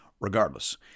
Regardless